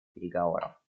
переговоров